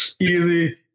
Easy